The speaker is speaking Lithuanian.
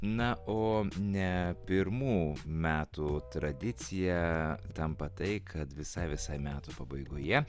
na o ne pirmų metų tradicija tampa tai kad visai visai metų pabaigoje